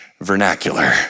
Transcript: vernacular